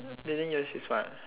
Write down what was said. meaning yours is what